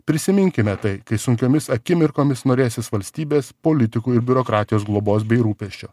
prisiminkime tai kai sunkiomis akimirkomis norėsis valstybės politikų ir biurokratijos globos bei rūpesčio